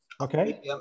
Okay